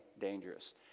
dangerous